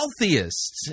wealthiest